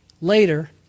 later